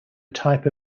type